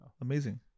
Amazing